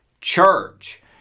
church